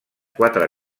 quatre